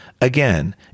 Again